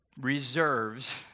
reserves